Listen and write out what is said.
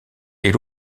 est